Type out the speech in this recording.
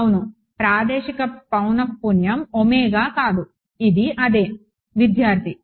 అవును ప్రాదేశిక పౌనఃపున్యం ఒమేగా కాదు ఇది అదే